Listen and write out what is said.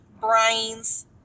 brains